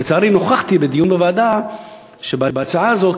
לצערי נוכחתי בדיון בוועדה בהצעה הזו,